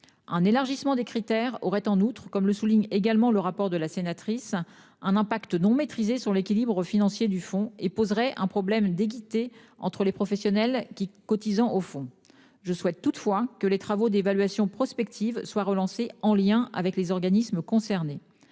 Un élargissement des critères aurait en outre comme le souligne également le rapport de la sénatrice un impact non maîtrisée sur l'équilibre financier du Fonds et poserait un problème d'équité entre les professionnels qui cotisant au fond je souhaite toutefois que les travaux d'évaluation prospective soit relancée en lien avec les organismes concernés.